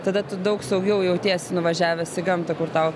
tada tu daug saugiau jautiesi nuvažiavęs į gamtą kur tau